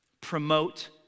promote